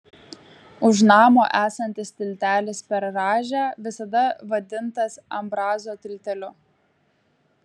už namo esantis tiltelis per rąžę visada vadintas ambrazo tilteliu